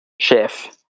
chef